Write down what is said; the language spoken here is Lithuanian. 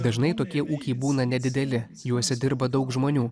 dažnai tokie ūkiai būna nedideli juose dirba daug žmonių